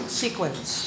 sequence